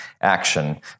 action